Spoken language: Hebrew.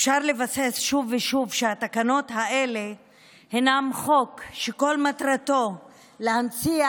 אפשר לבסס שוב ושוב שהתקנות האלה הן חוק שכל מטרתו להנציח